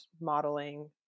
modeling